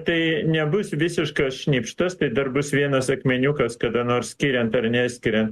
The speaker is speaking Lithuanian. tai nebus visiškas šnipštas tai dar bus vienas akmeniukas kada nors skiriant ar neskiriant